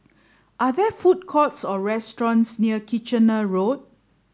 are there food courts or restaurants near Kitchener Road